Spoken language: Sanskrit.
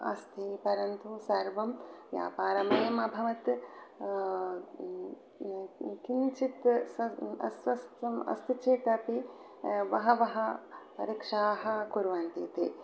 अस्ति परन्तु सर्वं व्यापारमयम् अभवत् किञ्चित् अस्वास्थ्यम् अस्ति चेत् अपि बहवः परीक्षाः कुर्वन्ति ते